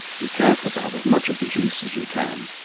be careful to have as much of the juice as you can.